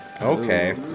Okay